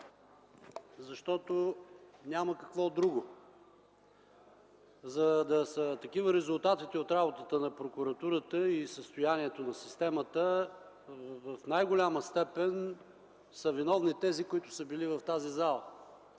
защото няма какво друго. За да са такива резултатите от работата на прокуратурата и състоянието на системата, в най-голяма степен са виновни тези, които са били в тази зала,